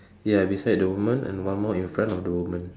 ya beside the woman and one more in font of the woman